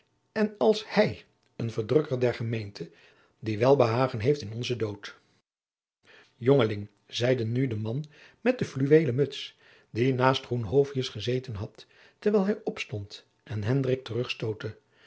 en als hij een verdrukker der gemeente die welbehagen heeft in onzen dood jongeling zeide nu de man met de fluweelen muts die naast groenhovius gezeten had terwijl hij opstond en